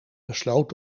besloot